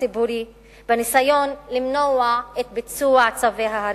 ציבורי בניסיון למנוע את ביצוע צווי ההריסה.